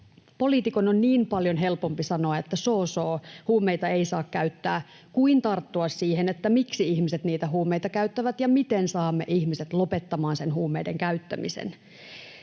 Poliitikon on niin paljon helpompi sanoa, että soo soo huumeita ei saa käyttää, kuin tarttua siihen, miksi ihmiset niitä huumeita käyttävät ja miten saamme ihmiset lopettamaan sen huumeiden käyttämisen.